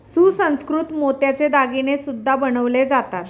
सुसंस्कृत मोत्याचे दागिने सुद्धा बनवले जातात